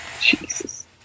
Jesus